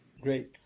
Great